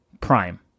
prime